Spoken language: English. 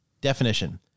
Definition